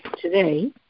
today